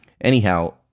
Anyhow